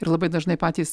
ir labai dažnai patys